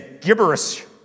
gibberish